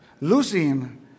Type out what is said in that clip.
losing